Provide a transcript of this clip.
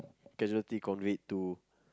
casualty conveyed to